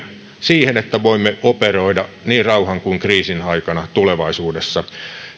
siihen että voimme operoida niin rauhan kuin kriisinkin aikana tulevaisuudessa